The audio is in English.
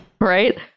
Right